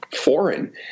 foreign